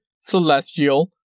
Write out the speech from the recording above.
Celestial